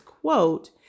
quote